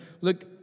Look